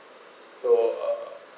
so uh